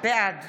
בעד